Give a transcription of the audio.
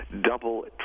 double